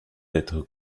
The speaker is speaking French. être